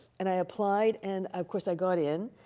and i applied, and, of course, i got in.